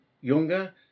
younger